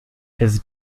his